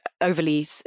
overly